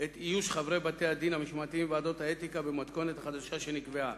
את איוש חברי בתי-הדין המשמעתיים וועדות האתיקה במתכונת החדשה שנקבעה.